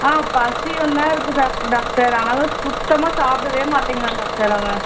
ஆ பசி வந்தால் இருக்குது சார் டாக்டர் ஆனாலும் சுத்தமாக சாப்பிடவே மாட்டேங்கிறான் டாக்டர் அவன்